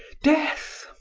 death!